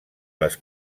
les